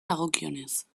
dagokionez